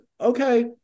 okay